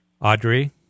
Audrey